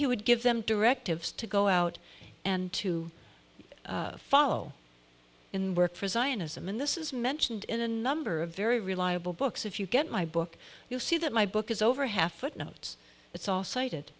he would give them directives to go out and to follow in work for zionism and this is mentioned in a number of very reliable books if you get my book you'll see that my book is over half foot notes it's all cited